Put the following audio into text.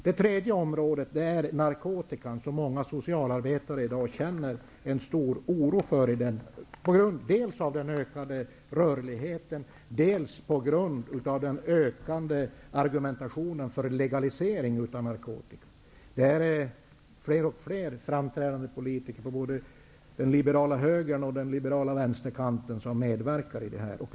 Narkotikan, är något som många socialarbetare känner stor oro för, dels på grund av den ökade rörligheten, dels på grund av den ökande argumentationen för legalisering. Fler och fler framträdande politiker, både på den liberala högersom på den liberala vänsterkanten, medverkar till det.